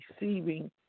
receiving